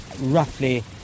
roughly